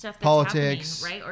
politics